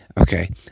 Okay